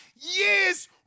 years